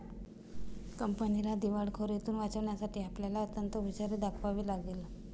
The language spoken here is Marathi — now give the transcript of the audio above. कंपनीला दिवाळखोरीतुन वाचवण्यासाठी आपल्याला अत्यंत हुशारी दाखवावी लागेल